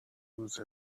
lose